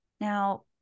Now